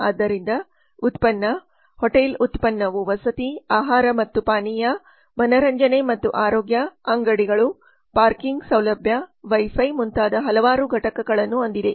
ಆದ್ದರಿಂದ ಉತ್ಪನ್ನ ಹೋಟೆಲ್ ಉತ್ಪನ್ನವು ವಸತಿ ಆಹಾರ ಮತ್ತು ಪಾನೀಯ ಮನರಂಜನೆ ಮತ್ತು ಆರೋಗ್ಯ ಅಂಗಡಿಗಳು ಪಾರ್ಕಿಂಗ್ ಸೌಲಭ್ಯ ವೈ ಫೈ ಮುಂತಾದ ಹಲವಾರು ಘಟಕಗಳನ್ನು ಹೊಂದಿದೆ